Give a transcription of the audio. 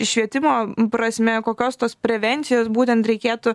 švietimo prasme kokios tos prevencijos būtent reikėtų